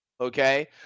okay